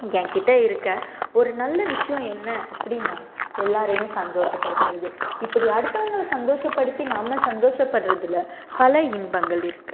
என்கிட்ட இருக்க ஒரு நல்ல விஷயம் என்ன அப்படின்னா எல்லாரையும் சந்தோஷப்படுத்துறது இப்படி அடுத்தவங்களை சந்தோஷப்படுத்தி நாம சந்தோஷப்படுறதில் பல இன்பங்கள் இருக்குது